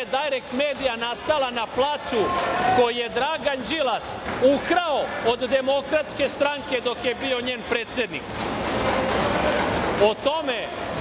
„Dajrekt medija“ nastala na placu koji je Dragan Đilas ukrao od Demokratske stranke dok je bio njen predsednik. O tome